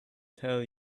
tell